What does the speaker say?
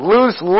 Loose